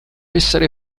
essere